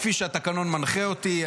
כפי שהתקנון מנחה אותי,